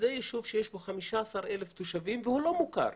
ישוב עם 15,000 תושבים והוא לא מוכר.